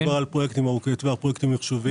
מדובר בפרויקטים ארוכי טווח, פרויקטים מחשוביים.